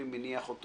מניח אותו